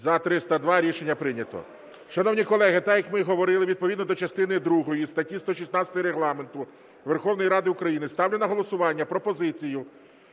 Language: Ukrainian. За-302 Рішення прийнято. Шановні колеги, так, як ми і говорили, відповідно до частини другої статті 116 Регламенту Верховної Ради України ставлю на голосування пропозицію